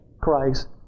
Christ